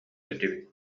этибит